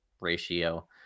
ratio